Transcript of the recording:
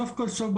סוף כל סוף,